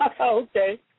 Okay